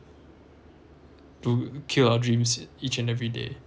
to kill our dreams each and every day